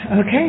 Okay